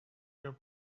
your